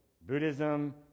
Buddhism